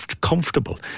comfortable